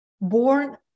born